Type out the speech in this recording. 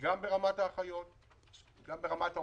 גם ברמת האחיות וגם ברמת הרופאים.